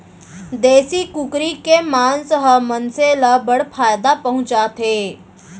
देसी कुकरी के मांस ह मनसे ल बड़ फायदा पहुंचाथे